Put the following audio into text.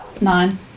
Nine